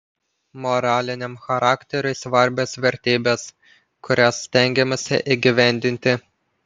moraliniam charakteriui svarbios vertybės kurias stengiamasi įgyvendinti